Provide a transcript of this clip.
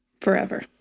forever